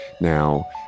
now